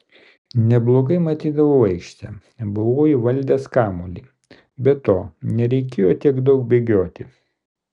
neblogai matydavau aikštę buvau įvaldęs kamuolį be to nereikėjo tiek daug bėgioti